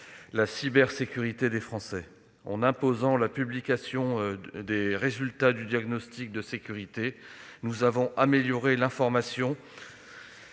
la cybersécurité des Français en imposant la publication des résultats du diagnostic de sécurité. Nous avons amélioré l'information